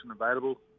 available